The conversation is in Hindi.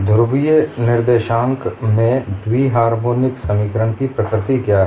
ध्रुवीय निर्देशांक में द्वि हार्मोनिक समीकरण की प्रकृति क्या है